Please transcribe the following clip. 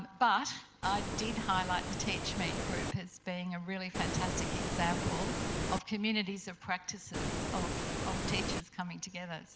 but i did highlight the teachmeet group as being a really fantastic example of communities of practices of of teachers coming together.